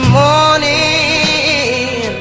morning